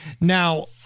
Now